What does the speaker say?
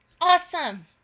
awesome